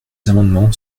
amendements